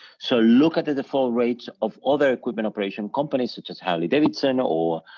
so, look at the default rates of other equipment operation companies such as harley davidson or,